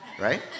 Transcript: right